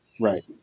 Right